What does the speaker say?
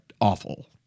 awful